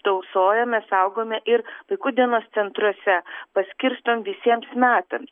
tausojame saugome ir vaikų dienos centruose paskirstom visiems metams